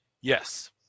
Yes